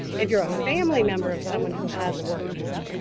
if you're a family member of someone who has a work visa,